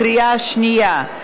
בקריאה שנייה.